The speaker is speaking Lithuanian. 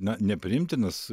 na nepriimtinas